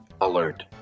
alert